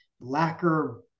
lacquer